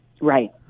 Right